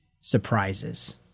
surprises